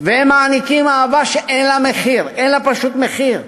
והם מעניקים אהבה שאין לה מחיר, אין לה פשוט מחיר.